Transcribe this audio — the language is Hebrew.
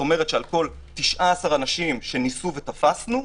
כלומר על כל 19 אנשים שניסו ותפסנו,